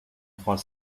trois